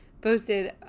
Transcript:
posted